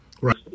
Right